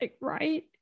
right